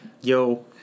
yo